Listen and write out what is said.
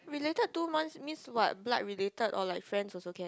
related two months means what blood related or like friends also can